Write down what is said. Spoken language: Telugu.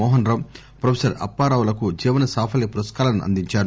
మోహనరావు హ్రొఫెసర్ అప్పారావు లకు జీవన సాఫల్య పురస్కారాలను అందించారు